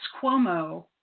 Cuomo